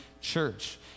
church